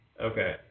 Okay